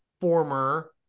former